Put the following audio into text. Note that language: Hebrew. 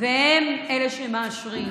והם שמאשרים.